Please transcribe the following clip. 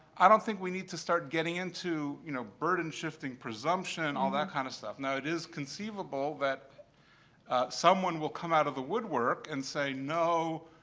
i don't think we need to start getting into, you know, burden shifting, presumption, all that kind of stuff. now, it is conceivable that someone will come out of the woodwork and say, no,